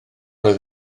oedd